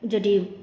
যদি